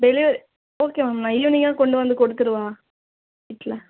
delivery okay ma'am நான் ஈவ்னிங்கா கொண்டு வந்து கொடுத்துடவா வீட்டில்